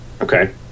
Okay